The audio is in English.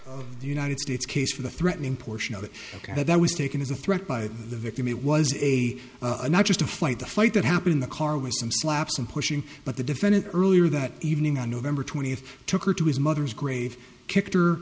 the the united states case for the threatening portion of it that was taken as a threat by the victim it was a not just a fight a fight that happened in the car with some slaps and pushing but the defendant earlier that evening on november twentieth took her to his mother's grave kicked